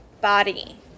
body